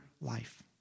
life